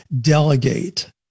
delegate